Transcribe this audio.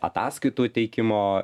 ataskaitų teikimo